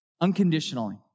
unconditionally